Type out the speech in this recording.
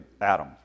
Adam